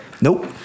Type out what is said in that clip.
Nope